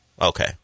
Okay